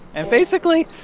and basically,